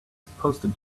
supposed